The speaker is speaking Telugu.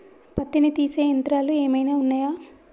పత్తిని తీసే యంత్రాలు ఏమైనా ఉన్నయా?